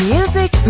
Music